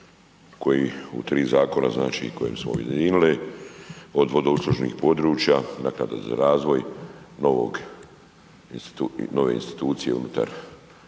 koji u tri zakona, znači koje smo objedinili od vodouslužnih područja, naknada za razvoj, nove institucije unutar,